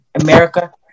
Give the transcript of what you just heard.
America